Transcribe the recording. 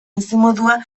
bizimodua